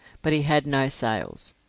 but he had no sails,